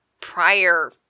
prior